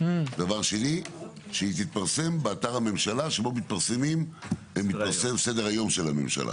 דבר שני שיתפרסם באתר הממשלה שבו מתפרסם סדר היום של הממשלה